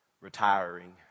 retiring